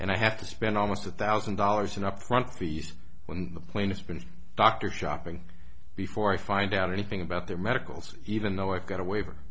and i have to spend almost a thousand dollars in upfront fees when the plaintiff spin doctor shopping before i find out anything about their medicals even though i got a waiver